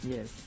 Yes